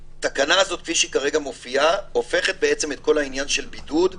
התקנה הזאת כפי שהיא מופיעה כרגע הופכת את כל העניין של בידוד לכליאה.